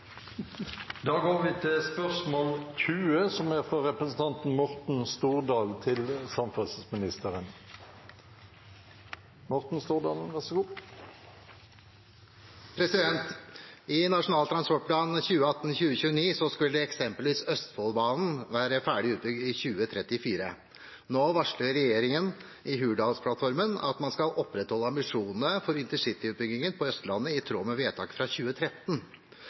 skulle eksempelvis Østfoldbanen være ferdig utbygd i 2034. Nå varsler regjeringen i Hurdalsplattformen at man skal opprettholde ambisjonene for InterCity-utbyggingen på Østlandet i tråd med vedtaket fra 2013,